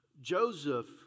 Joseph